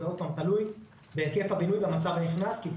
עוד פעם זה תלוי בהיקף הבינוי במצב הנכנס כי,